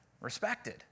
respected